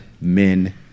men